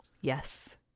Yes